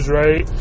right